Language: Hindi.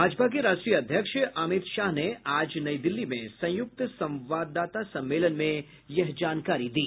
भाजपा के राष्ट्रीय अध्यक्ष अमित शाह ने आज नई दिल्ली में संयुक्त संवाददाता सम्मेलन में यह जानकारी दी